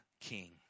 king